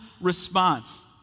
response